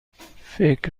فکر